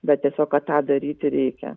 bet tiesiog kad tą daryti reikia